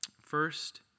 First